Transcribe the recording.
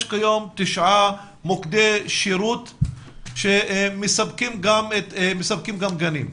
יש כיום תשעה מוקדי שירות שמספקים גם גנים.